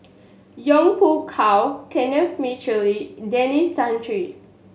Yong Pung How Kenneth Mitchelly Denis Santry